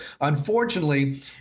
unfortunately